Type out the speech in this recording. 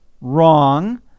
Wrong